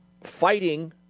Fighting